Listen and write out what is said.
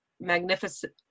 magnificent